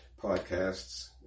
podcasts